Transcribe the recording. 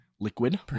liquid